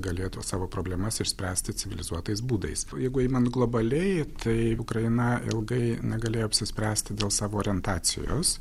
galėtų savo problemas išspręsti civilizuotais būdais o jeigu imant globaliai tai ukraina ilgai negalėjo apsispręsti dėl savo orientacijos